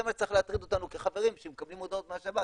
זה מה שצריך להטריד אותנו כחברים כשמקבלים הודעות מהשב"כ.